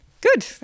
Good